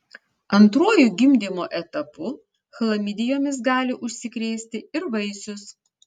antruoju gimdymo etapu chlamidijomis gali užsikrėsti ir vaisius